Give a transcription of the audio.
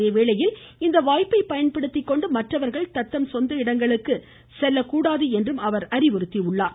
அதேவேளையில் இந்த வாய்ப்பை பயன்படுத்திக்கொண்டு மற்றவர்கள் தத்தம் சொந்த இடங்களுக்கு செல்லக்கூடாது என்றும் அவர் அநிவுறுத்தியுள்ளார்